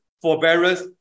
forbearance